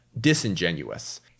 disingenuous